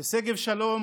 בשגב שלום